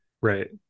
right